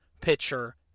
pitcher